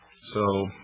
so